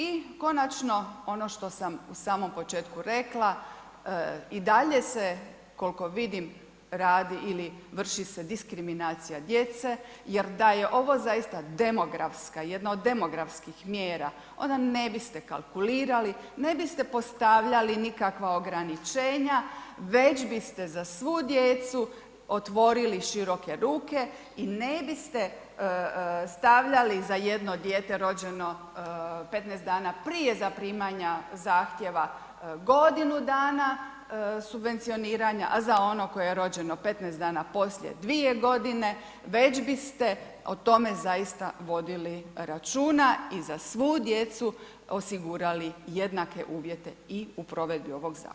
I konačno ono što sam u samom početku rekla, i dalje se koliko vidimo radi ili vrši se diskriminacija jer da je ovo zaista demografska, jedna od demografskih mjera onda ne biste kalkulirali, ne biste postavljali nikakva ograničenja već bi ste za svu djecu otvorili široke ruke i ne biste stavljali za jedno dijete rođeno 15 dana prije zaprimanja zahtjeva godinu dana subvencioniranja a za ono koje je rođeno 15 dana poslije 2 g. već biste o tome zaista vodili računa i za svu djecu osigurali jednake uvjete i u provedbi ovoga zakona.